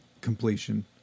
completion